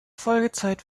folgezeit